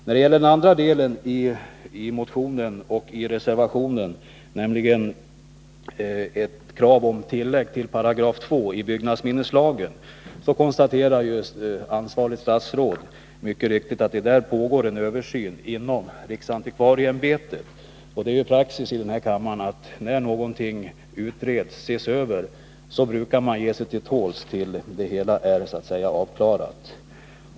När det gäller det motionsyrkande som också återfinns i reservationen, nämligen kravet på tillägg till 2 § byggnadsminneslagen, konstaterar ju det ansvariga statsrådet mycket riktigt att en översyn pågår inom riksantkvarieämbetet, och det är ju praxis här i kammaren att när någonting utreds eller ses över ge sig till tåls till dess att det hela är avklarat.